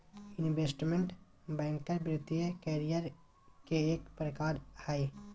investment banker वित्तीय career के एक प्रकार हय